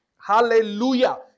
Hallelujah